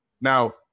Now